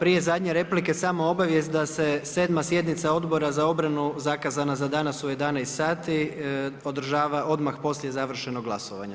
Prije zadnje replike, samo obavijest, da se 7. sjednica Odbora za obranu, zakazana danas u 11 sati, održava odmah poslije završenog glasovanja.